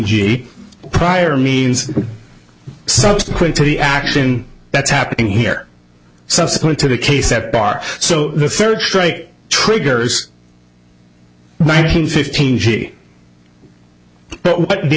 g prior means subsequent to the action that's happening here subsequent to the case that bar so the third strike triggers nineteen fifteen g what the